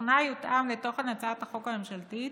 שתוכנה יותאם לתוכן הצעת החוק הממשלתית,